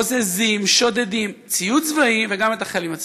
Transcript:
בוזזים, שודדים ציוד צבאי, וגם את החיילים עצמם.